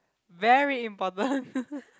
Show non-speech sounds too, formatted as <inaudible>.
very important <laughs>